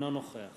אינו נוכח